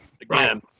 Again